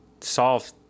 solve